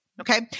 Okay